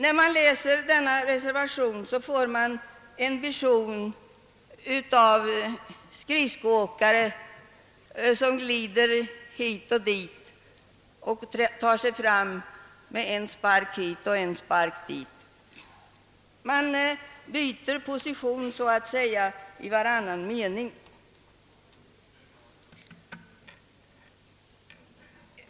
När man läser denna reservation får man en vision av en skridskoåkare som glider hit och dit, som tar sig fram med en spark åt ena och en spark åt andra hållet: reservanterna byter position ungefär i varannan mening.